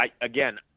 again